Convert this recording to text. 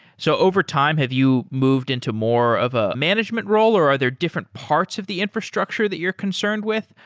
so over time, have you moved into more of a management role or are there different parts of the infrastructure that you're concerned with?